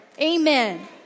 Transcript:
Amen